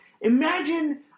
Imagine